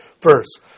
first